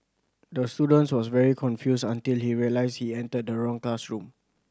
the student was very confused until he realised he entered the wrong classroom